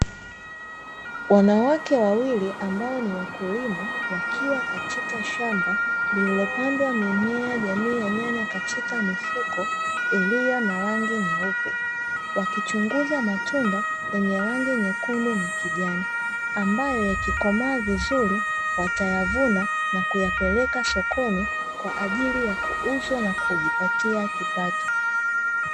Wanawake wawili ambao ni wakulima wakiwa katika shamba lililopandwa mimea jamii ya nyanya katika mifuko iliyo na rangi nyeupe, wakichunguza matunda yenye rangi nyekundu na kijani ambayo yakikomaa vizuri watayavuna na kuyapeleka sokoni kwa ajili ya kuuzwa na kujipatia kipato.